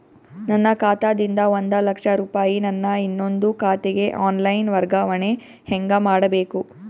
ನನ್ನ ಖಾತಾ ದಿಂದ ಒಂದ ಲಕ್ಷ ರೂಪಾಯಿ ನನ್ನ ಇನ್ನೊಂದು ಖಾತೆಗೆ ಆನ್ ಲೈನ್ ವರ್ಗಾವಣೆ ಹೆಂಗ ಮಾಡಬೇಕು?